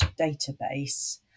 database